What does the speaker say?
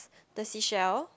the seashell